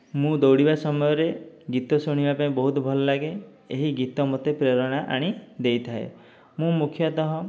ମୁଁ ଦୌଡ଼ିବା ସମୟରେ ଗୀତ ଶୁଣିବା ପାଇଁ ବହୁତ ଭଲ ଲାଗେ ଏହି ଗୀତ ମୋତେ ପ୍ରେରଣା ଆଣି ଦେଇଥାଏ ମୁଁ ମୁଖ୍ୟତଃ